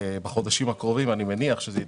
בחודשים הקרובים אני מניח שזה יתקדם.